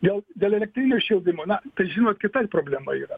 dėl dėl elektrinio šildymo na tai žinot kita problema yra